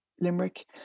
Limerick